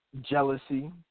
jealousy